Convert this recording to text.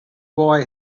boy